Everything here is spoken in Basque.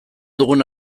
dugun